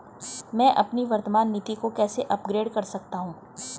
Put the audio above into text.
मैं अपनी वर्तमान नीति को कैसे अपग्रेड कर सकता हूँ?